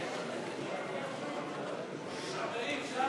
חברים, השעה